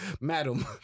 Madam